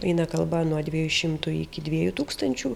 eina kalba nuo dviejų šimtų iki dviejų tūkstančių